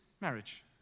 Marriage